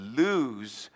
lose